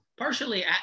Partially